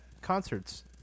concerts